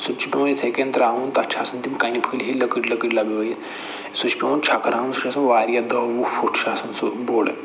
سُہ تہِ چھُ پٮ۪وان یِتھٕے کٔنۍ ترٛاوُن تَتھ چھِ آسان تِم کَنہِ پھٔلۍ ہِوۍ لۅکٔٹۍ لۅکٔٹۍ لَگٲوِتھ سُہ چھُ پٮ۪وان چھٔکراوُن سُہ چھُ آسان واریاہ دَہ وُہ فُٹ چھُ آسان سُہ بوٚڈ